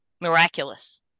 miraculous